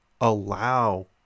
allow